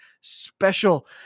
special